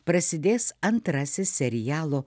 prasidės antrasis serialo